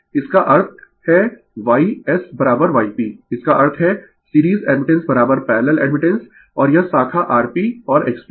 इसका अर्थ है Y SYP इसका अर्थ है सीरीज एडमिटेंस पैरलल एडमिटेंस और यह शाखा Rp और XP है